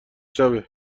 شبه